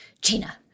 Gina